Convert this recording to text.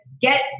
get